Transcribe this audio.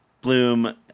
Bloom